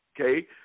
okay